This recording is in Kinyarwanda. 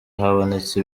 habonetse